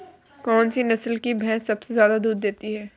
कौन सी नस्ल की भैंस सबसे ज्यादा दूध देती है?